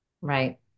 Right